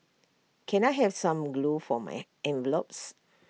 can I have some glue for my envelopes